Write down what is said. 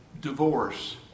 Divorce